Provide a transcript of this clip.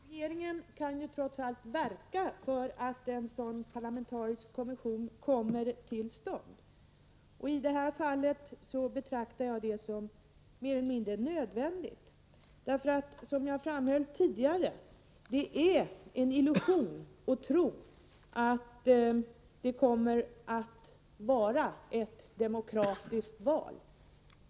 Herr talman! Till det sista: Regeringen kan trots allt verka för att en parlamentarisk kommission kommer till stånd. I detta fall betraktar jag det som mer eller mindre nödvändigt. Som jag framhöll tidigare är det en illusion att tro att det kommer att vara ett demokratiskt val.